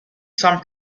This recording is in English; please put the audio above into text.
some